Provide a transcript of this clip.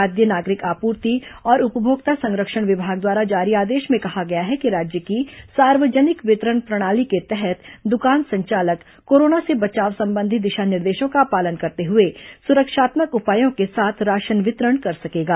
खाद्य नागरिक आपूर्ति और उपभोक्ता संरक्षण विभाग द्वारा जारी आदेश में कहा गया है कि राज्य की सार्वजनिक वितरण प्रणाली के तहत दुकान संचालक कोरोना से बचाव संबंधी दिशा निर्देशों का पालन करते हुए सुरक्षात्मक उपायों के साथ राशन वितरण कर सकेगा